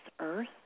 earth